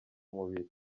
mubiri